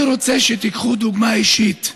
אני רוצה שתיקחו דוגמה אישית.